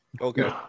Okay